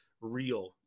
real